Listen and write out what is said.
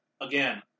again